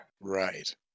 Right